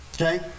Okay